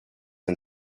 and